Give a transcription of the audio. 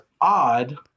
odd